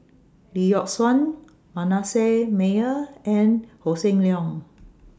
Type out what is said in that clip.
Lee Yock Suan Manasseh Meyer and Hossan Leong